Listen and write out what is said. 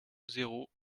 zéro